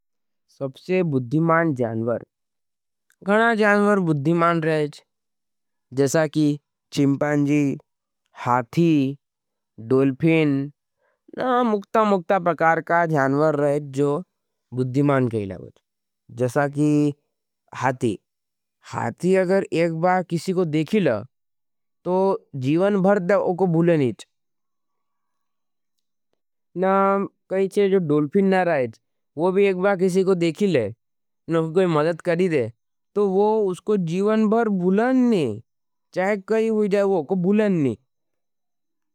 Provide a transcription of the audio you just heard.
सबसे बुद्धिमान जान्वर गणा जान्वर बुद्धिमान रहेथ। जैसा की चिम्पांजी, हाथी, डोलफिन ना मुक्ता-मुक्ता प्रकार का जानवर रहेथ। जो बुद्धिमान कहिला रहेथ। जैसा की हाथी हाथी अगर एक बाद किसी को देखिला। तो जीवन भर ता उको भुलनेथ ना कही छे। जो डोलफिन ना रहेथ वो भी एक बाद किसी को देखिले नो कोई मजद करी दे। तो उसको जीवन भर भुलन नहीं चाहे कही हो जाए उको भुलन नहीं।